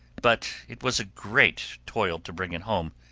but it was a great toil to bring it home,